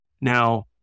Now